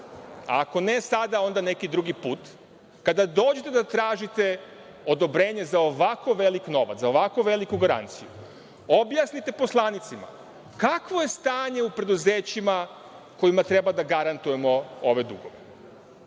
a ako ne sada, onda neki drugi put, kada dođete da tražite odobrenje za ovako veliki novac, za ovako veliku garanciju, objasnite poslanicima kakvo je stanje u preduzećima kojima treba da garantujemo ove dugove.